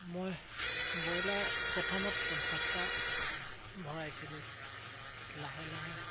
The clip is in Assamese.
মই ব্ৰইলাৰ প্ৰথমত পঞ্চাছটা ভৰাইছিলোঁ লাহে লাহে